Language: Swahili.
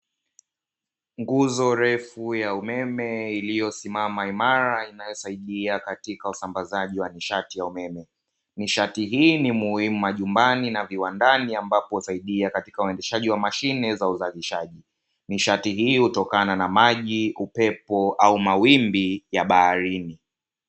Nguzo refu ya umeme iliyosimama imara inayosaidia katika usambazaji wa nishati ya umeme. Nishati hii ni muhimu majumbani na viwandani, amapo husaidia katika uendeshaji wa mashine za uzalishaji. Nishati hii hutokana na maji, upepo au mawimbi ya baharini.